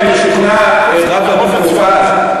חבר הכנסת מופז,